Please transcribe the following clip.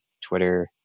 Twitter